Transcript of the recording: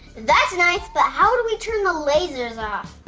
that's nice, but how do we turn the lasers off?